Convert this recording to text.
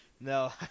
No